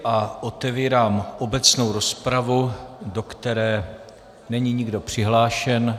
A otevírám obecnou rozpravu, do které není nikdo přihlášen.